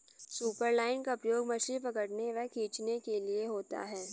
superline का प्रयोग मछली पकड़ने व खींचने के लिए होता है